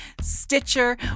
Stitcher